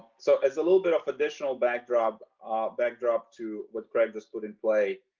so as a little bit of additional backdrop backdrop to what craig just put in play.